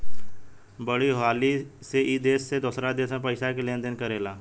बड़ी हाली से ई देश से दोसरा देश मे पइसा के लेन देन करेला